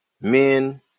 men